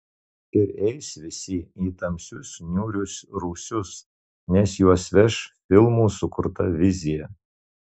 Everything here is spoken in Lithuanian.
ir eis visi į tamsius niūrius rūsius nes juos veš filmų sukurta vizija